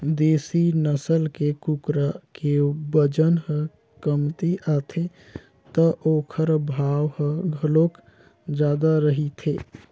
देसी नसल के कुकरा के बजन ह कमती आथे त ओखर भाव ह घलोक जादा रहिथे